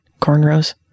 cornrows